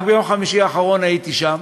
רק ביום חמישי האחרון הייתי שם,